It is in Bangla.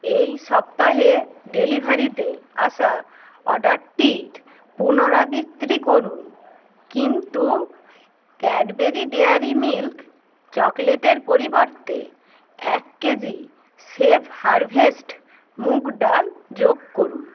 এই সপ্তাহে ডেলিভারিতে আসা অর্ডারটির পুনরাবৃত্তি করুন কিন্তু ক্যাডবেরি ডেয়ারি মিল্ক চকলেটের পরিবর্তে এক কেজি সেফ হারভেস্ট মুগ ডাল যোগ করুন